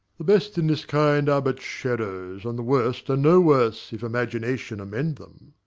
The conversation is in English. the best in this kind are but shadows and the worst are no worse, if imagination amend them.